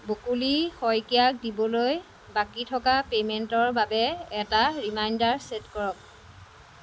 বকুলি শইকীয়াক দিবলৈ বাকী থকা পে'মেণ্টৰ বাবে এটা ৰিমাইণ্ডাৰ চে'ট কৰক